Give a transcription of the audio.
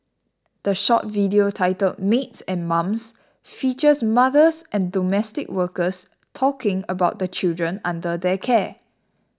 the short video titled Maids and Mums features mothers and domestic workers talking about the children under their care